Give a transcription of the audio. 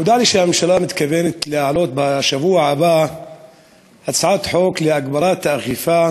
נודע לי שהממשלה מתכוונת להעלות בשבוע הבא הצעת חוק להגברת האכיפה